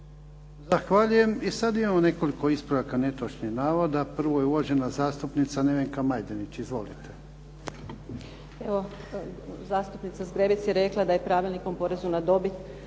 Zahvaljujem. I sad imamo nekoliko ispravaka netočnih navoda. Prvo je uvažena zastupnica Nevenka Majdenić. Izvolite. **Majdenić, Nevenka (HDZ)** Evo zastupnica Zgrebec je rekla da je Pravilnikom o porezu na dobit